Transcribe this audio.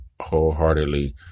wholeheartedly